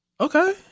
okay